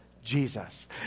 Jesus